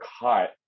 caught